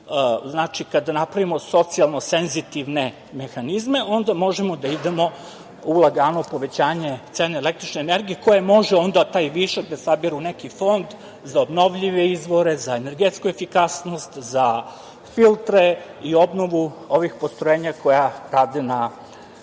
znači kada napravimo socijalno senzitivne mehanizme, onda možemo da idemo u lagano povećanje cene električne energije koje može onda taj višak da sabere u neki fond za obnovljive izvore, za energetsku efikasnost, za filtere i obnovu ovih postrojenja koja rade na